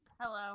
Hello